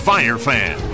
Firefan